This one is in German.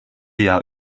jahr